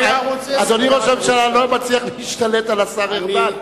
אני לא מצליח להשתלט על השר ארדן,